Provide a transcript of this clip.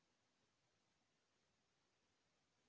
पशु ऋण काला मिलही?